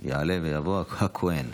יעלה ויבוא הכהן.